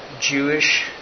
Jewish